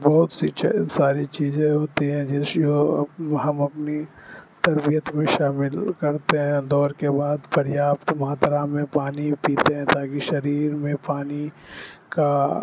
بہت سی ساری چیزیں ہوتی ہیں جیسی وہ ہم اپنی تربیت میں شامل کرتے ہیں دور کے بعد پریاپت ماترا میں پانی پیتے ہیں تاکہ شریر میں پانی کا